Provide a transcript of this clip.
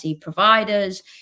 providers